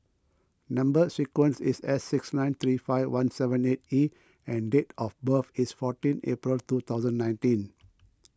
Number Sequence is S six nine three five one seven eight E and date of birth is fourteen April two thousand nineteen